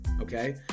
Okay